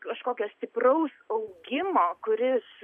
kažkokio stipraus augimo kuris